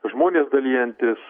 žmonės dalijantys